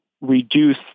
reduce